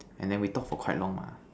and then we talk for quite long what